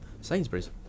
Sainsbury's